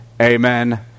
Amen